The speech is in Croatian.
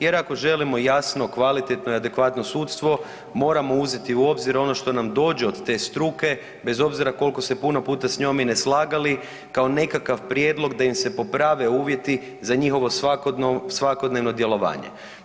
Jer ako želimo jasno, kvalitetno i adekvatno sudstvo moramo uzeti u obzir ono što nam dođe od te struke bez obzira koliko se puno puta s njom i ne slagali kao nekakav prijedlog da im se poprave uvjeti za njihovo svakodnevno djelovanje.